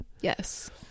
Yes